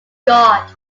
god